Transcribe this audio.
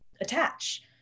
attach